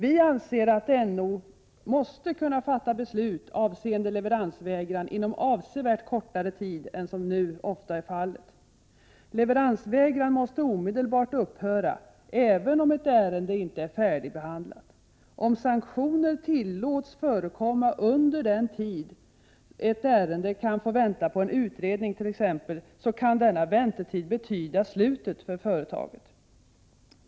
Vi anser att NO måste kunna fatta beslut avseende leveransvägran inom avsevärt kortare tid än som nu ofta är fallet. Leveransvägran måste omedelbart upphöra, även om ett ärende inte är färdigbehandlat. Om sanktioner tillåts förekomma under den tid ett ärende kan få vänta på en utredning, kan denna väntetid betyda slutet för företaget.